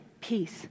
peace